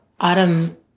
Autumn